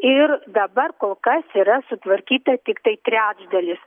ir dabar kol kas yra sutvarkyta tiktai trečdalis